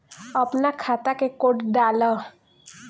अपना खाता के कोड डाला